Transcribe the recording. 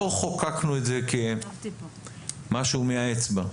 לא חוקקנו את זה כמשהו מהאצבע.